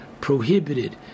prohibited